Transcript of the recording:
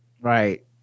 Right